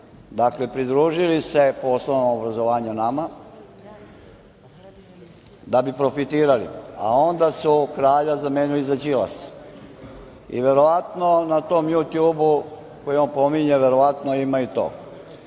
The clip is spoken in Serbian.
dakle pridružili se po osnovama obrazovanja nama, da bi profitirali, a onda su kralja zamenili za Đilasa. I verovatno na tom Jutjubu, koji on pominje, verovatno ima i toga.